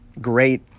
great